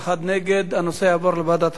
הנושא יעבור לוועדת החוץ והביטחון.